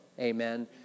amen